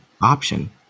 option